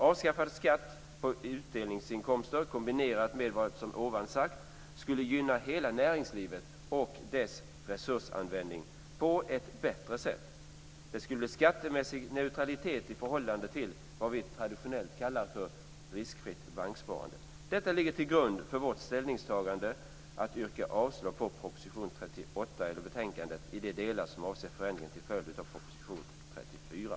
Avskaffad skatt på utdelningsinkomster kombinerat med vad jag här har sagt skulle gynna hela näringslivet och dess resursanvändning på ett bättre sätt. Det skulle bli skattemässig neutralitet i förhållande till vad vi traditionellt kallar riskfritt banksparande. Detta ligger till grund för vårt ställningstagande att yrka avslag på utskottets hemställan vad gäller proposition 38 i de delar som avser förändringarna till följd av proposition 34.